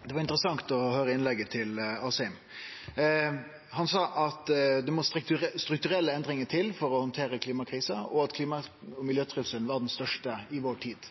Det var interessant å høyre innlegget til representanten Asheim. Han sa at det må strukturelle endringar til for å handtere klimakrisa, og at klima- og miljøtrusselen er den største i vår tid,